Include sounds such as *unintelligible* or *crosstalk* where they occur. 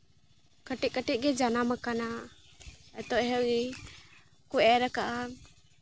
ᱠᱟᱹᱴᱤᱡ ᱠᱟᱹᱴᱤᱡ ᱜᱮ ᱡᱟᱱᱟᱢ ᱠᱟᱱᱟ *unintelligible* ᱜᱮᱠᱚ ᱮᱨᱻ ᱠᱟᱜᱼᱟ